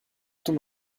too